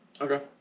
Okay